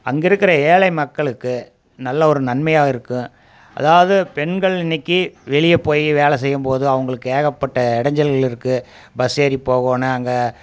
அங்கேருக்கிற ஏழை மக்களுக்கு நல்ல ஒரு நன்மையாக இருக்கும் அதாவது பெண்கள் இன்னைக்கி வெளியே போய் வேலை செய்யும்போது அவங்களுக்கு ஏகப்பட்ட இடஞ்சல் இருக்குது பஸ் ஏறி போகணும் அங்கே